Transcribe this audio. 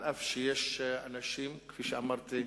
אף-על-פי שיש אנשים, כפי שאמרתי,